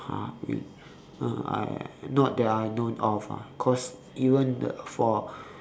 !huh! real uh I not that I known of ah cause even the for